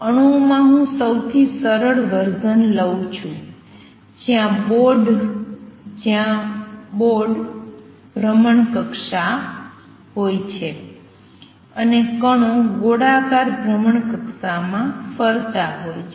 અણુઓમાં હું સૌથી સરળ વર્સન લઉ છું જ્યાં બોર્ડ ભ્રમણકક્ષા હોય છે અને કણો ગોળાકાર ભ્રમણકક્ષામાં ફરતા હોય છે